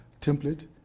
template